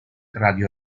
radio